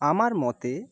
আমার মতে